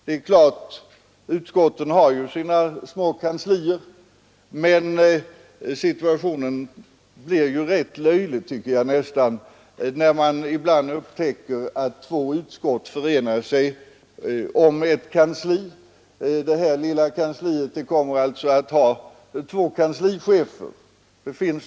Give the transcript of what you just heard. Det är klart att utskotten har sina små kanslier, men situationen blir rätt löjlig när man ibland upptäcker att två utskott förenar sig om ett kansli, som alltså kommer att ha två kanslichefer.